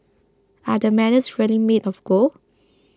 are the medals really made of gold